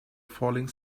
falling